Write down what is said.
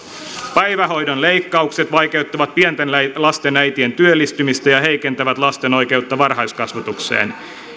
päivähoidon leikkaukset vaikeuttavat pienten lasten äitien työllistymistä ja heikentävät lasten oikeutta varhaiskasvatukseen